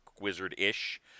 wizard-ish